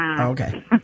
Okay